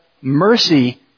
mercy